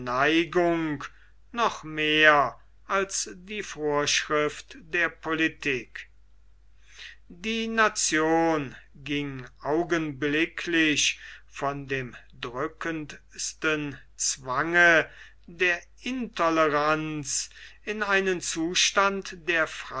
noch mehr als die vorschrift der politik die nation ging augenblicklich von dem drückendsten zwange der intoleranz in einen zustand der